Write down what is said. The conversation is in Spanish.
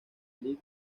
league